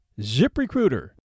ZipRecruiter